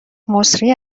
مسری